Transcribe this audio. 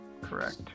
correct